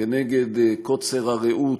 כנגד קוצר הראות,